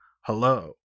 Hello